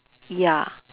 ya